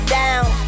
down